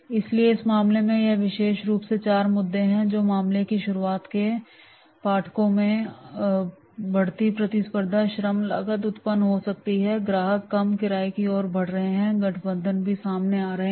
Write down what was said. इसलिए इस मामले में ये विशेष रूप से चार मुद्दे है जो मामले की शुरुआत में पाठकों में बढ़ती प्रतिस्पर्धा श्रम लागत उत्पन्न हो सकती है ग्राहक कम किराए की ओर बढ़ रहे हैं और गठबंधन भी सामने आता हैं